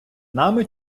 нами